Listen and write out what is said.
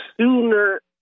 sooner